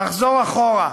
נחזור אחורה.